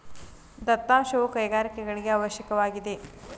ದತ್ತಾಂಶವು ಕೈಗಾರಿಕೆಗಳಿಗೆ ಅವಶ್ಯಕವಾಗಿದೆ